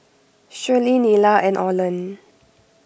Shelley Nita and Orland